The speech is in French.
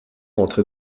entre